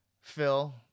Phil